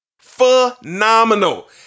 Phenomenal